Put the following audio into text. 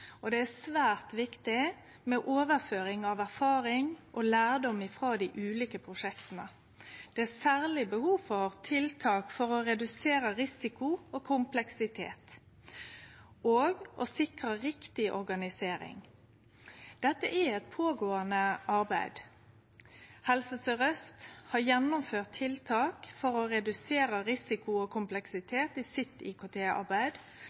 og det er svært viktig med overføring av erfaring og lærdom frå dei ulike prosjekta. Det er særleg behov for tiltak for å redusere risiko og kompleksitet og for å sikre riktig organisering. Dette er eit pågåande arbeid. Helse Sør-Aust har gjennomført tiltak for å redusere risiko